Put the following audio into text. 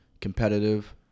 competitive